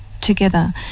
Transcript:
together